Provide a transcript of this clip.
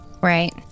Right